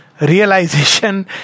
realization